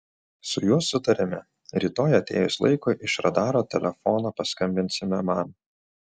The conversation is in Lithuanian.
su juo sutarėme rytoj atėjus laikui iš radaro telefono paskambinsime man